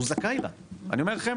הוא זכאי לה, אני אומר לכם